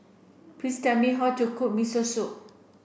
please tell me how to cook Miso Soup